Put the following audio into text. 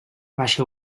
baixa